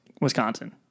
wisconsin